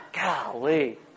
Golly